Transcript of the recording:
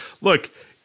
look